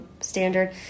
standard